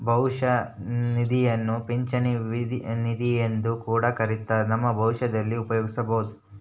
ಭವಿಷ್ಯ ನಿಧಿಯನ್ನ ಪಿಂಚಣಿ ನಿಧಿಯೆಂದು ಕೂಡ ಕರಿತ್ತಾರ, ನಮ್ಮ ಭವಿಷ್ಯದಲ್ಲಿ ಉಪಯೋಗಿಸಬೊದು